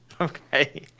Okay